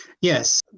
Yes